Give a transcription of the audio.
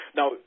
Now